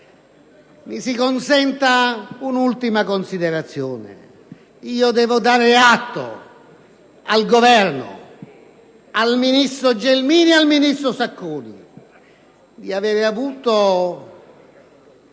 di svolgere un'ultima considerazione. Devo dare atto al Governo, al ministro Gelmini e al ministro Sacconi di avere avuto